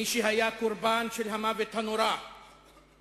מי שהיה קורבן של המוות הנורא ההוא,